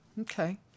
Okay